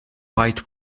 white